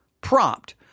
Prompt